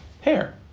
Hair